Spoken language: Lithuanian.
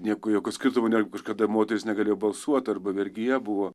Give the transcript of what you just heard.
nieko jokio skirtumo netgi kažkada moterys negalėjo balsuot arba vergija buvo